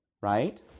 right